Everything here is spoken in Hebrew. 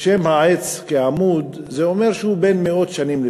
שם העץ כעמוד, זה אומר שהוא בן מאות שנים לפחות.